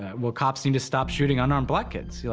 ah well, cops need to stop shooting unarmed black kids. yeah